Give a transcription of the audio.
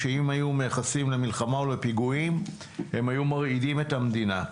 שאם היו מייחסים אותם למלחמה או לפיגועים הם היו מרעידים את המדינה.